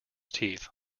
teeth